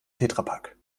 tetrapack